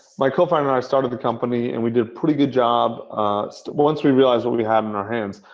my co-founder and i started the company. and we did a pretty good job so once we realized what we we had in our hands.